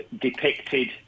depicted